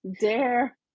dare